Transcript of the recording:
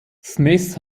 smith